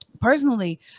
personally